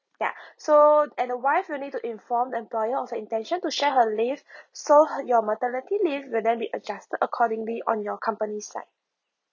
ya so and the wife will need to inform the employer on her intention to share her leave so uh your maternity leave will then be adjusted accordingly on your company side